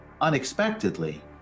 unexpectedly